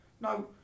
no